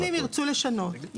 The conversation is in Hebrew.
אם הם ירצו לשנות,